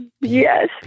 Yes